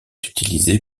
utilisé